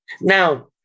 Now